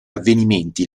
avvenimenti